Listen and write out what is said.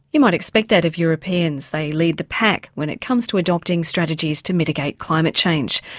you might expect that of europeans, they lead the pack when it comes to adopting strategies to mitigate climate change.